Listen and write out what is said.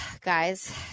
Guys